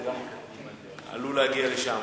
זה גם עלול להגיע לשם.